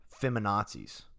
feminazis